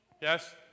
yes